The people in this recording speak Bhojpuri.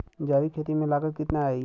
जैविक खेती में लागत कितना आई?